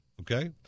okay